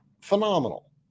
phenomenal